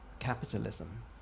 capitalism